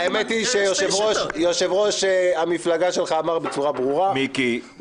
האמת היא שיושב-ראש המפלגה שלך אמר בצורה ברורה הוא